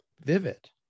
vivid